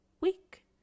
week